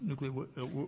nuclear